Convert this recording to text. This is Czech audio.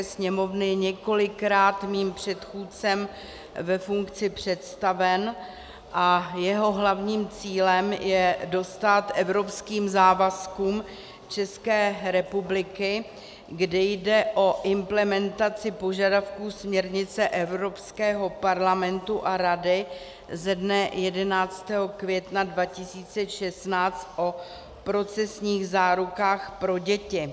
Poslanecké sněmovny několikrát mým předchůdcem ve funkci představen a jeho hlavním cílem je dostát evropským závazkům České republiky, kde jde o implementaci požadavků směrnice Evropského parlamentu a Rady ze dne 11. května 2016 o procesních zárukách pro děti.